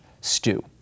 stew